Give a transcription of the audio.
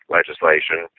legislation